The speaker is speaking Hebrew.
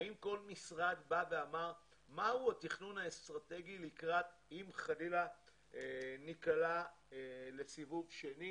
האם כול משרד בא ואמר מהו התכנון האסטרטגי אם חלילה ניקלע לסיבוב שני,